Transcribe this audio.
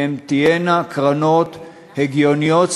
והן תהיינה קרנות הגיוניות,